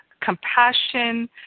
compassion